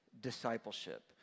discipleship